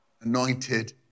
anointed